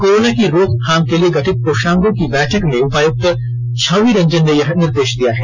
corona की रोकथाम के लिए गठित कोषांगों की बैठक में उपायुक्त छवि रंजन ने यह निर्देश दिया है